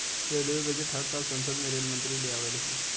railway budget हर साल संसद में रेल मंत्री ले आवेले ले